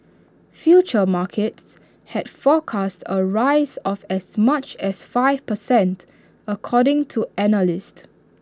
futures markets had forecast A rise of as much as five per cent according to analysts